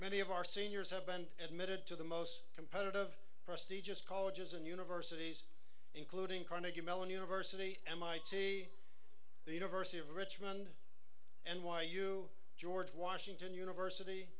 many of our seniors have been admitted to the most competitive of prestigious colleges and universities including carnegie mellon university mit the university of richmond n y u george washington university